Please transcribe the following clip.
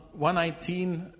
119